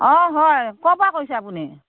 অ হয় ক'ৰ পৰা কৈছে আপুনি